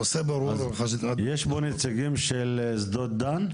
יש פה נציגים של שדות דן?